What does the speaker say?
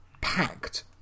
packed